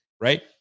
Right